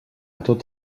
tot